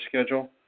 schedule